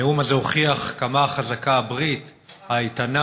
הנאום הזה הוכיח כמה חזקה הברית האיתנה